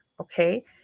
okay